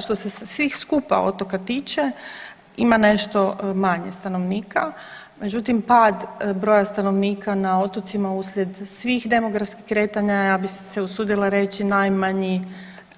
Što se svih skupa otoka tiče ima nešto manje stanovnika, međutim pad broja stanovnika na otocima uslijed svih demografskih kretanja, ja bi se usudila reći najmanji